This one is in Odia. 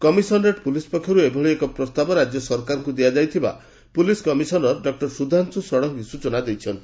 କମିଶନରେଟ୍ ପୁଲିସ୍ ପକ୍ଷରୁ ଏଭଳି ଏକ ପ୍ରସ୍ତାବ ରାକ୍ୟ ସରକାରଙ୍କୁ ଦିଆଯାଇଥିବା police commissioner doctor Sudhanshu Sarangi ସ୍ଚନା ଦେଇଛନ୍ତି